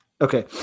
okay